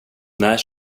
när